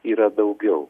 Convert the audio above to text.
yra daugiau